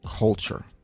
Culture